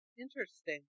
Interesting